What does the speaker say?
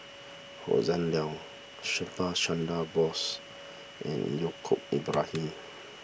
Hossan Leong Subhas Chandra Bose and Yaacob Ibrahim